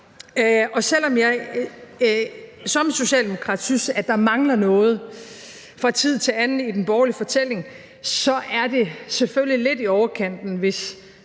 og selv om jeg som socialdemokrat synes, at der fra tid til anden mangler noget i den borgerlige fortælling, så er det selvfølgelig lidt i overkanten, hvis